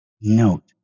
Note